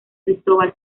cristóbal